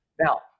Now